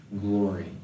glory